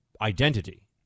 identity